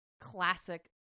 classic